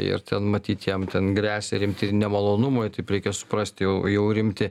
ir ten matyt jam ten gresia rimti nemalonumai taip reikia suprasti jau jau rimti